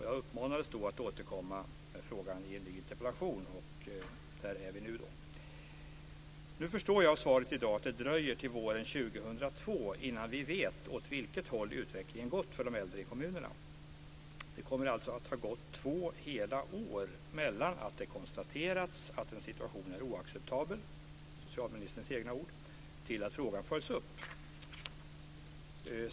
Jag uppmanades då att återkomma med frågan i en ny interpellation, och där är vi nu. Jag förstår av svaret i dag att det dröjer till våren 2002 innan vi vet åt vilket håll utvecklingen har gått för de äldre i kommunerna. Det kommer alltså att ha gått två hela år mellan det att det konstaterades att en situation var oacceptabel - det är socialministerns egna ord - till att frågan följs upp.